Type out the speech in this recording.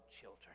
children